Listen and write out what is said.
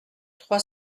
trois